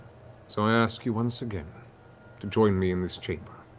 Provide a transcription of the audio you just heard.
so i ask you once again to join me in this chamber.